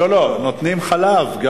שנותנים חלב.